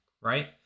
right